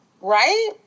Right